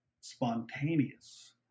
spontaneous